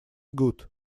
good